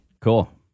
Cool